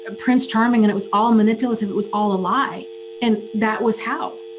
ah prince charming and it was all manipulative, it was all a lie and that was how.